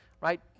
right